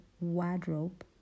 wardrobe